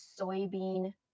soybean